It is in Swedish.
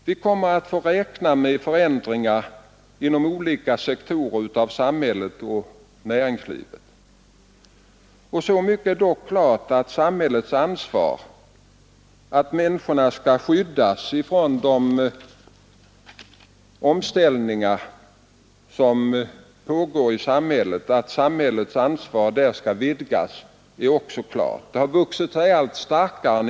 Vi får räkna med förändringar inom olika sektorer av samhället och näringslivet. Så mycket är dock klart att insikten om samhällets ansvar för att människorna skall skyddas från de omställningar som pågår i samhället och om att samhällets ansvar där skall vidgas har vuxit sig allt starkare.